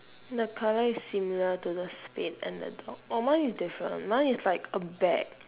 the colour is similar to the spade and the dog oh mine is different mine is like a bag